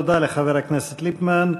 תודה לחבר הכנסת ליפמן.